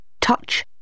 Touch